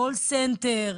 קול סנטר.